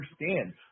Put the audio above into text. understand